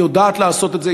היא יודעת לעשות את זה,